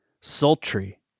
sultry